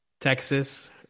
Texas